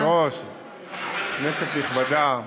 גברתי היושבת-ראש, כנסת נכבדה,